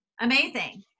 Amazing